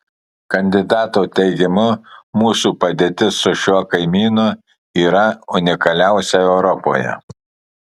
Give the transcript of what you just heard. kandidato teigimu mūsų padėtis su šiuo kaimynu yra unikaliausia europoje